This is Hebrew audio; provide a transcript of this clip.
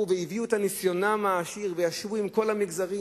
והביאו מניסיונם העשיר וישבו עם כל המגזרים,